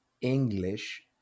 English